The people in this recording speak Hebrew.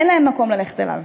אין להם מקום ללכת אליו.